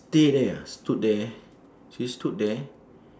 stay there ah stood there she stood there